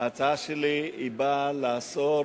ההצעה שלי באה לאסור